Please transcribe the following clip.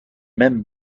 même